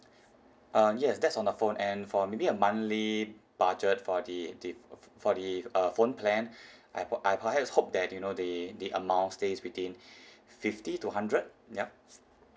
uh yes that's on the phone and for maybe a monthly budget for the the for the uh phone plan I bought I perhaps hope that you know the the amount stays within fifty to hundred yup